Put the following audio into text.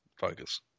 focus